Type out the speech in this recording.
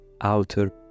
outer